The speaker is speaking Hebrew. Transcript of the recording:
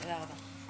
תודה רבה,